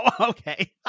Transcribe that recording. okay